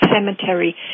cemetery